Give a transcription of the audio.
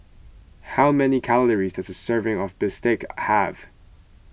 how many calories does a serving of Bistake have